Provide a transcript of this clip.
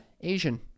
Asian